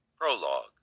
Prologue